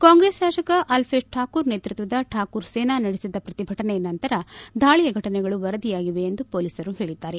ಕಾಂಗ್ರೆಸ್ ಶಾಸಕ ಅಲ್ಲೇಷ್ ಠಾಕೂರ್ ನೇತೃತ್ವದ ಠಾಕೂರ್ ಸೇನಾ ನಡೆಸಿದ ಪ್ರತಿಭಟನೆ ನಂತರ ದಾಳಿ ಘಟನೆಗಳು ವರದಿಯಾಗಿವೆ ಎಂದು ಪೊಲೀಸರು ಹೇಳಿದ್ದಾರೆ